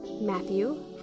Matthew